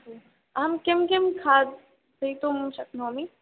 अहं किं किं खादितुं शक्नोमि